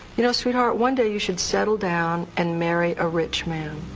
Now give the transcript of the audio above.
you know sweetheart, one day you should settle down and marry a rich man.